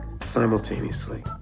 simultaneously